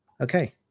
Okay